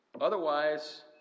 otherwise